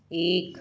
एक